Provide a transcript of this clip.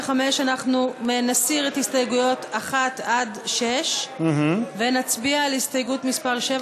425. בעמוד 425 נסיר את הסתייגויות 1 6 ונצביע על הסתייגות מס' 7,